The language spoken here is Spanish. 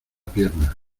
pierna